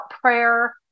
prayer